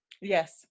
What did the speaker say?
Yes